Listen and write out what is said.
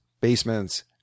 basements